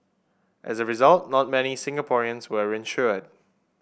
as a result not many Singaporeans were insured